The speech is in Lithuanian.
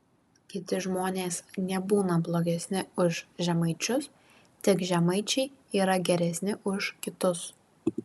kiti žmonės nebūna blogesni už žemaičius tik žemaičiai yra geresni už kitus